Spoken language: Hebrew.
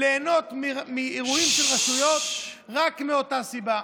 ליהנות מאירועים של רשויות רק מאותה סיבה.